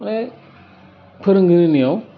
माने फोरोंगिरिनियाव